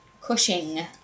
Cushing